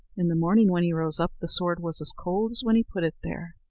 in the morning when he rose up, the sword was as cold as when he put it there.